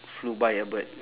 flew by a bird